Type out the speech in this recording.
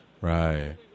Right